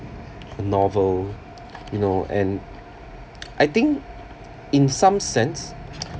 a novel you know and I think in some sense